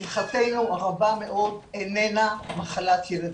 לשמחתנו הרבה מאוד, איננה מחלת ילדים.